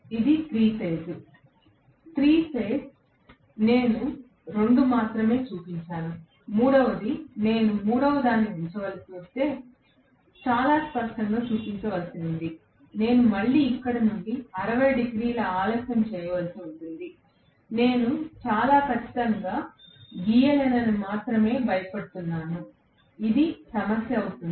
three phase నేను రెండు మాత్రమే చూపించాను మూడవది నేను మూడవదాన్ని ఉంచవలసి వస్తే చాలా స్పష్టంగా చూపించవలసి ఉంది నేను మళ్ళీ ఇక్కడ నుండి 60 డిగ్రీల ఆలస్యం చేయవలసి ఉంది నేను చాలా కచ్చితంగా డ్రా చేయలేనని గీయ లేనని మాత్రమే భయపడుతున్నాను ఇది సమస్య అవుతుంది